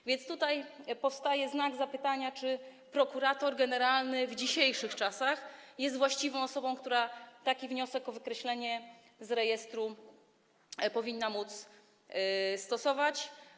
A więc tutaj powstaje pytanie, czy prokurator generalny w dzisiejszych czasach jest właściwą osobą, która taki wniosek o wykreślenie z rejestru powinna móc stosować.